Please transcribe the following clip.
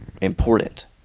important